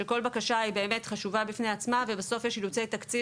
כאשר כל בקשה חשובה בפני עצמה אלא שבסוף יש אילוצי תקציב